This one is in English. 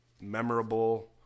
memorable